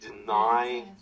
deny